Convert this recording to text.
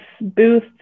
Booth